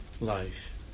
life